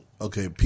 okay